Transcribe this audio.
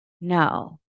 no